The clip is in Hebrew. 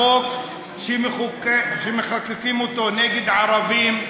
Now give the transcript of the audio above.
החוק שמחוקקים נגד ערבים,